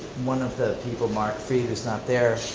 one of the people, mark freed, is not there,